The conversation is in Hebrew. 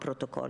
הכנסת.